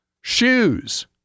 shoes